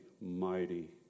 mighty